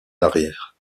arrière